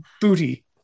booty